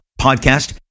podcast